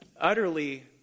utterly